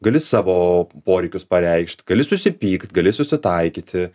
gali savo poreikius pareikšt gali susipykt gali susitaikyti